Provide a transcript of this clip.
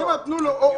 אני אומר תנו לו או-או.